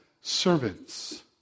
servants